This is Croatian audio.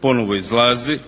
ponovo izlazi